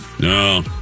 No